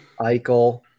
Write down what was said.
Eichel